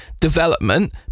development